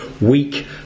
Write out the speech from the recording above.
weak